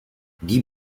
die